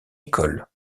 école